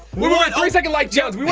one we want a three second like yeah